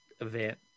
event